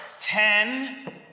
Ten